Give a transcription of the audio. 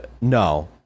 no